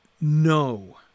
No